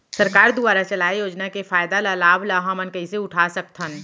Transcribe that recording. सरकार दुवारा चलाये योजना के फायदा ल लाभ ल हमन कइसे उठा सकथन?